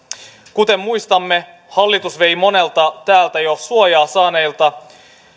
kuten muistamme hallitus vei monelta täältä jo suojaa saaneelta